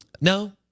No